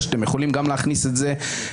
שאתם יכולים להכניס גם את זה לחקיקה.